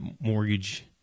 mortgage